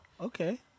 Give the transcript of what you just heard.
okay